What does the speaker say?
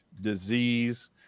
disease